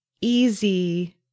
easy